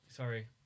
Sorry